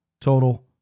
total